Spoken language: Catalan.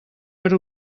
per